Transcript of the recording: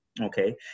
okay